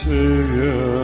Savior